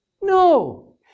No